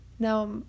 Now